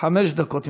חמש דקות.